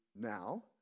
now